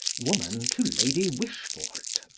woman to lady wishfort,